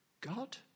God